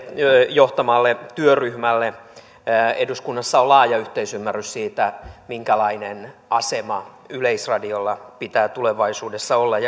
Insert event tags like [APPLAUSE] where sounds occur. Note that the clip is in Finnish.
johtamalle työryhmälle eduskunnassa on laaja yhteisymmärrys siitä minkälainen asema yleisradiolla pitää tulevaisuudessa olla [UNINTELLIGIBLE]